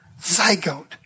zygote